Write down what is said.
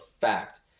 fact